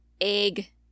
egg